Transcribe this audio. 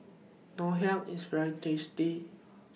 Ngoh Hiang IS very tasty